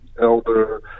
elder